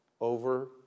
over